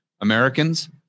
Americans